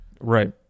Right